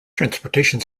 transportation